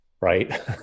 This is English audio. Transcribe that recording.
right